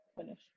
Finish